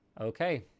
Okay